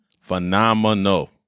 Phenomenal